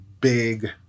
big